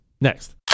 Next